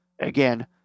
again